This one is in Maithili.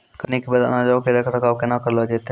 कटनी के बाद अनाजो के रख रखाव केना करलो जैतै?